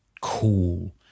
cool